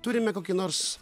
turime kokį nors